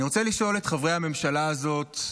אני רוצה לשאול את חברי הממשלה הזאת,